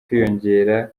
kwiyongera